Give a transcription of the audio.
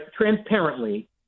transparently